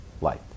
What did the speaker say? light